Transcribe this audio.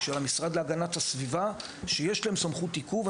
של המשרד להגנת הסביבה, שיש להם סמכות עיכוב.